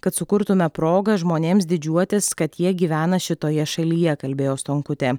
kad sukurtume progą žmonėms didžiuotis kad jie gyvena šitoje šalyje kalbėjo stonkutė